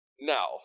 Now